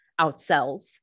outsells